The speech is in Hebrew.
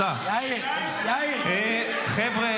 חבר'ה